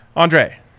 Andre